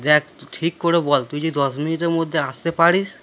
দেখ ঠিক করে বল তুই যদি দশ মিনিটের মধ্যে আসতে পারিস